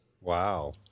Wow